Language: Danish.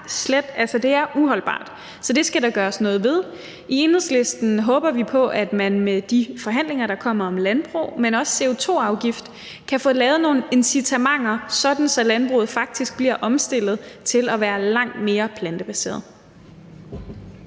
Det er uholdbart, så det skal der gøres noget ved. I Enhedslisten håber vi på, at man med de forhandlinger, der kommer om landbrug, men også om CO2-afgift, kan få lavet incitamenter, sådan at landbruget faktisk bliver omstillet til at være langt mere plantebaseret.